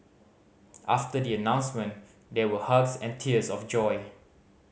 after the announcement there were hugs and tears of joy